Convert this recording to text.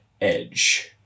edge